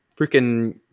freaking